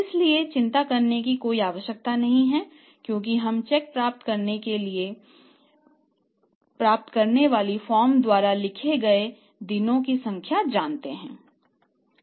इसलिए चिंता करने की कोई आवश्यकता नहीं है क्योंकि हम चेक प्राप्त करने के लिए प्राप्त करने वाले फर्म द्वारा लिए गए दिनों की संख्या जानते हैं